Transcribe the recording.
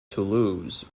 toulouse